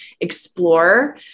explore